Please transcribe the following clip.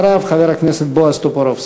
אחריו, חבר הכנסת בועז טופורובסקי.